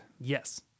Yes